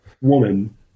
woman